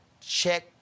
Check